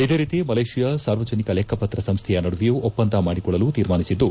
ಇದೇ ರೀತಿ ಮಲೇಷಿಯಾ ಸಾರ್ವಜನಿಕ ಲೆಕ್ಸ ಪತ್ರ ಸಂಸ್ಥೆಯ ನಡುವೆಯೂ ಒಪ್ಪಂದ ಮಾಡಿಕೊಳ್ಳಲು ತೀರ್ಮಾನಿಸಿದ್ದು